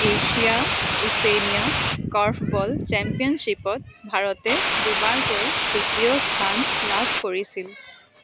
Asia Oceania korfball চেম্পিয়নশ্বিপত ভাৰতে দুবাৰকৈ তৃতীয় স্থান লাভ কৰিছিল